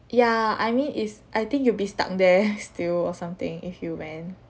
ya I mean it's I think you'll be stuck there still or something if you went